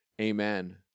Amen